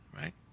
Right